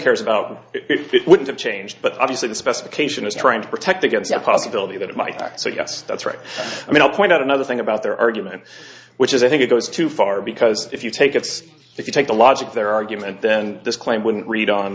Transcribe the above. cares about if it wouldn't have changed but obviously the specification is trying to protect against the possibility that it might be so yes that's right i mean i'll point out another thing about their argument which is i think it goes too far because if you take it's if you take the logic there argument then this claim wouldn't read on